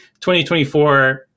2024